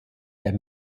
der